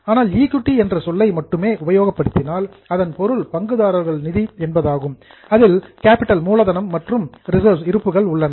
ஆனால் ஈக்விட்டி என்ற சொல்லை மட்டும் உபயோகப்படுத்தினால் அதன் பொருள் பங்குதாரர்கள் நிதி என்பதாகும் அதில் கேப்பிட்டல் மூலதனம் மற்றும் ரிசர்வ்ஸ் இருப்புகள் உள்ளன